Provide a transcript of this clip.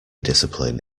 discipline